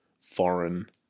foreign